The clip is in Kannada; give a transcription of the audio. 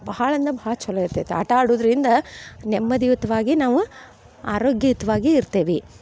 ಭಾಳ ಅಂದ್ರೆ ಭಾಳ ಚೊಲೋ ಇರ್ತೈತೆ ಆಟ ಆಡುವುದ್ರಿಂದ ನೆಮ್ಮದಿಯುತವಾಗಿ ನಾವು ಆರೋಗ್ಯಯುತವಾಗಿ ಇರ್ತೇವೆ